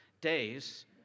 days